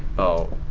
oh,